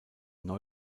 neu